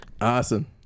Awesome